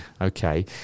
Okay